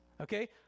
Okay